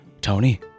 Tony